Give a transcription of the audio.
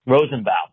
Rosenbaum